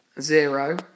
zero